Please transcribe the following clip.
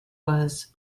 was